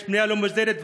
יש בנייה לא מוסדרת,